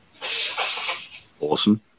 awesome